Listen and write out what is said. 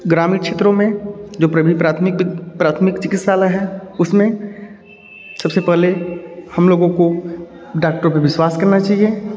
ग्रामीण क्षेत्रों में जो प्राथमिक प्राथमिक चिकित्सालय है उसमें सबसे पहले हम लोगों को डाक्टर पे विश्वास करना चाहिए